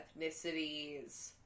ethnicities